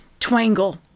twangle